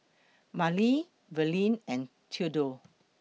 Marilee Verlin and Thedore